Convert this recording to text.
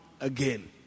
again